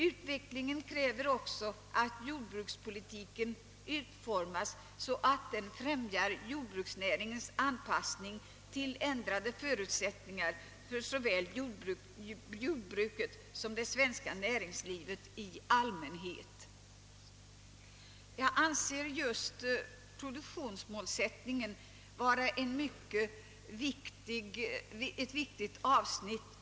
Utvecklingen kräver också att jordbrukspolitiken utformas så att den främjar jordbruksnäringens anpassning till ändrade förutsättningar för såväl jordbruket som det svenska näringslivet i allmänhet.» Jag anser just produktionsmålsättningen vara en mycket viktig sak.